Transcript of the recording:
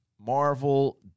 Marvel